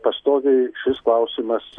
pastoviai šis klausimas